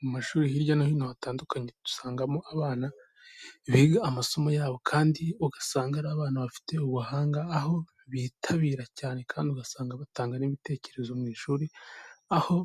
Mu mashuri hirya no hino hatandukanye usangamo abana biga amasomo yabo kandi ugasanga ari abana bafite ubuhanga, aho bitabira cyane kandi ugasanga batanga n'ibitekerezo mu ishuri, aho